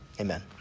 amen